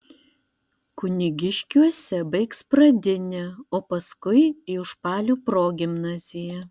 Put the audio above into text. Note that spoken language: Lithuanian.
kunigiškiuose baigs pradinę o paskui į užpalių progimnaziją